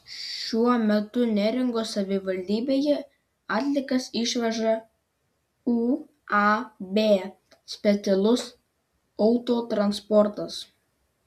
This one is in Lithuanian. šiuo metu neringos savivaldybėje atliekas išveža uab specialus autotransportas